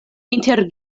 inter